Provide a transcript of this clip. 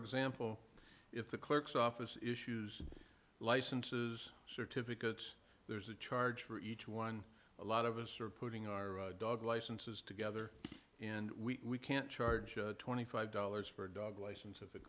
example if the clerk's office issues licenses certificates there's a charge for each one a lot of us are putting our dog licenses together and we can't charge twenty five dollars for a dog license if it